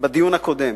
בדיון הקודם,